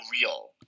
real